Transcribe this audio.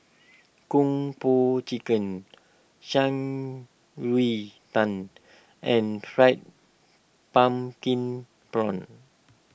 Kung Po Chicken Shan Rui Tang and Fried Pumpkin Prawns